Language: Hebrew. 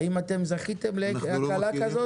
האם אתם זכיתם להקלה כזאת?